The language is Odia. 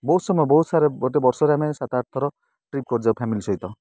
ବହୁତ ସମୟ ବହୁତ ସାରା ଗୋଟେ ବର୍ଷରେ ଆମେ ସାତ ଆଠ ଥର ଟ୍ରିପ୍ କରିଯାଉ ଫ୍ୟାମିଲି ସହିତ